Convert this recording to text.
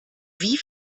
wie